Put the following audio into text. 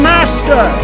Master